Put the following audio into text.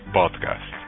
podcast